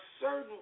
certain